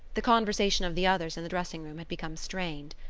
the conversation of the others in the dressing-room had become strained.